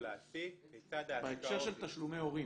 להציג כיצד ההשקעות --- בהקשר של תשלומי הורים.